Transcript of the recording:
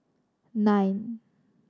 nine